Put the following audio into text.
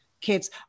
kids